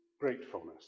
Gratefulness